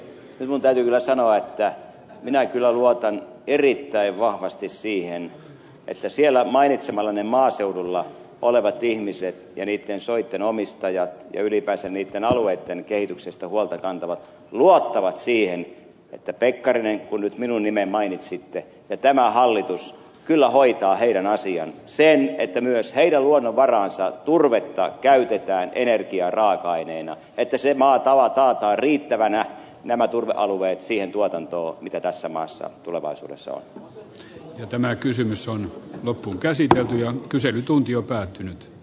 nyt minun täytyy kyllä sanoa että minä kyllä luotan erittäin vahvasti siihen että siellä mainitsemallanne maaseudulla olevat ihmiset ja niiden soiden omistajat ja ylipäänsä niiden alueiden kehityksestä huolta kantavat luottavat siihen että pekkarinen kun nyt minun nimeni mainitsitte ja tämä hallitus kyllä hoitavat heidän asiansa sen että myös heidän luonnonvaraansa turvetta käytetään energian raaka aineena ja sen että se maa nämä turvealueet taataan riittävänä siihen tuotantoon mitä tässä maassa tulevaisuudessa on loppuun käsitelty ja kyselytunti jo päättyneen